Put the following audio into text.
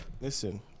Listen